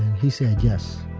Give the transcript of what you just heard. he said, yes.